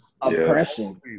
Oppression